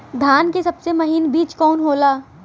धान के सबसे महीन बिज कवन होला?